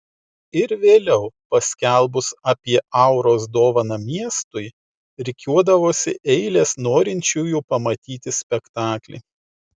ir vėliau paskelbus apie auros dovaną miestui rikiuodavosi eilės norinčiųjų pamatyti spektaklį